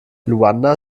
luanda